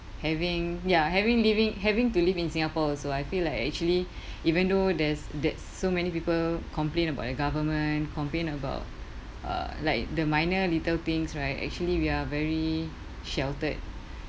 having ya having living having to live in singapore also I feel like I actually even though there's that's so many people complain about the government complain about uh like the minor little things right actually we are very sheltered